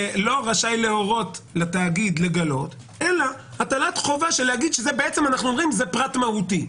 רשאי להורות לתאגיד לגלות אלא הטלת חובה לומר שזה פרט מהותי.